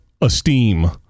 esteem